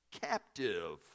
captive